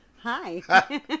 Hi